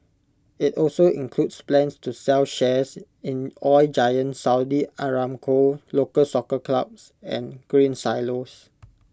IT also includes plans to sell shares in oil giant Saudi Aramco local Soccer clubs and Grain Silos